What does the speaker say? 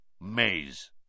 Maze